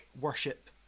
worship